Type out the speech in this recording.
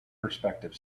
prospective